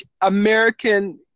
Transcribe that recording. American